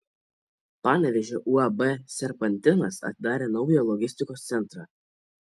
panevėžio uab serpantinas atidarė naują logistikos centrą